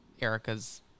Erica's